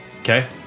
Okay